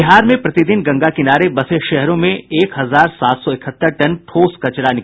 बिहार में प्रतिदिन गंगा किनारे बसे शहरों से एक हजार सात सौ इकहत्तर टन ठोस कचरा निकलता है